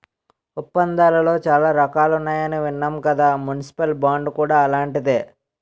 ఒప్పందాలలో చాలా రకాలున్నాయని విన్నాం కదా మున్సిపల్ బాండ్ కూడా అలాంటిదే